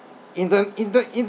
inter~ inter~